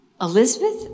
Elizabeth